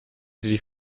die